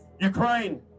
Ukraine